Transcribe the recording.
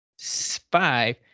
five